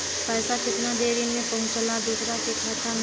पैसा कितना देरी मे पहुंचयला दोसरा के खाता मे?